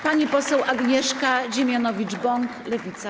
Pani poseł Agnieszka Dziemianowicz-Bąk, Lewica.